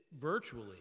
virtually